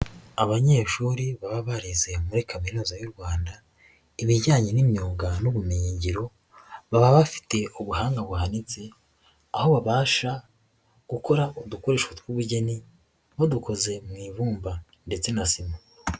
Abanyeshuri baba barize muri Kaminuza y'u Rwanda ibijyanye n'imyuga n'ubumenyi ngiro, baba bafite ubuhanga buhanitse, aho babasha gukora udukoresho tw'ubugeni badukoze mu ibumba ndetse na sima.